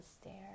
stairs